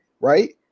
right